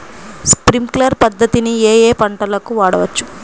Sprinkler పద్ధతిని ఏ ఏ పంటలకు వాడవచ్చు?